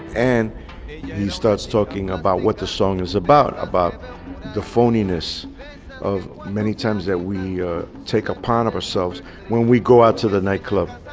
and he starts talking about what the song is about. about the phoniness of many times that we take upon of ourselves when we go out to the nightclub.